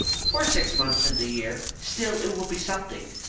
for six months in the year. still, it will be something.